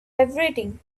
vibrating